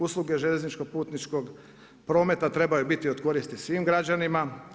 Usluge željezničkog putničkog prometa trebaju biti od koristi svim građanima.